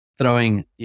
Throwing